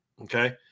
Okay